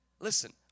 listen